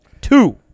Two